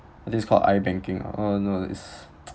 this called ibanking uh no it's